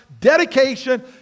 dedication